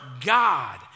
God